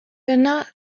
dyna